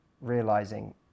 realizing